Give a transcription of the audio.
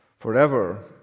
Forever